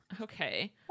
Okay